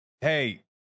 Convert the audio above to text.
hey